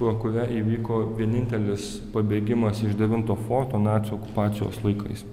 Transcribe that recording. pro kurią įvyko vienintelis pabėgimas iš devinto forto nacių okupacijos laikais